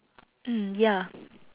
mm ya